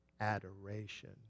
adoration